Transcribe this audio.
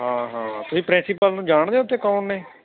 ਹਾਂ ਹਾਂ ਤੁਸੀਂ ਪ੍ਰਿੰਸੀਪਲ ਨੂੰ ਜਾਣਦੇ ਹੋ ਉੱਥੇ ਕੌਣ ਨੇ